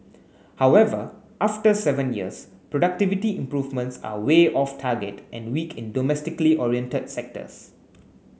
however after seven years productivity improvements are way off target and weak in domestically oriented sectors